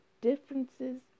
differences